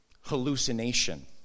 hallucination